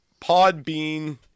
Podbean